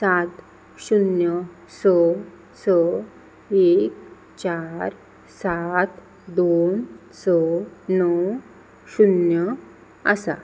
सात शुन्य स एक चार सात दोन स णव शुन्य आसा